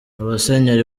abasenyeri